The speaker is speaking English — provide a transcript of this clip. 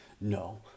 no